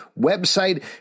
website